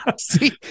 See